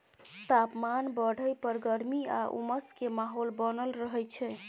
तापमान बढ़य पर गर्मी आ उमस के माहौल बनल रहय छइ